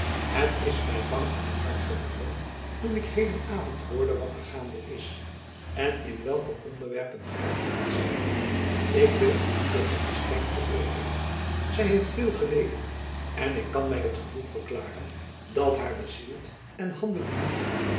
het is my bang om t hart geworden toen ik heden avond jacob van lennep elizabeth musch hoorde wat er gaande is en in welke ontwerpen gy gemoeid zijt ik wil uw moeder niet te streng veroordeelen zy heeft veel geleden en ik kan my het gevoel verklaren dat haar bezielt en handelen doet